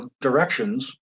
directions